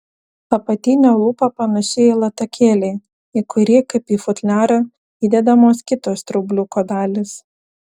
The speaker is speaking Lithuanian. apatinė lūpa panaši į latakėlį į kurį kaip į futliarą įdedamos kitos straubliuko dalys